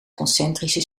concentrische